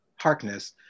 Harkness